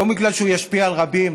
לא בגלל שהוא ישפיע על רבים,